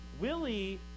Willie